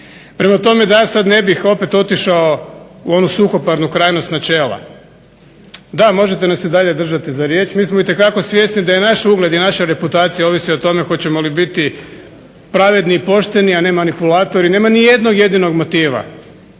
Prema tome, da ja sada ne bih opet otišao u onu suhoparnu krajnost načela, da možete nas i dalje držati za riječ. Mi smo itekako svjesni da je naš ugleda i naša reputacija ovisi o tome hoćemo li biti pravedni i pošteni, a ne manipulatori. Nema nijednog jedinog motiva.